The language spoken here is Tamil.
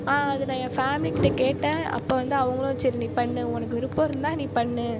அது நான் என் ஃபேமிலி கிட்ட கேட்டேன் அப்போ வந்து அவர்களும் சரி நீ பண்ணு உனக்கு விருப்பம் இருந்தால் நீ பண்ணு